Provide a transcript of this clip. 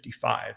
55